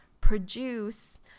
produce